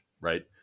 right